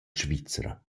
svizra